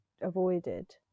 avoided